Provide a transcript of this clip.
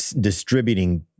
distributing